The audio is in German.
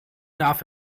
darf